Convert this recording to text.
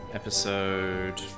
episode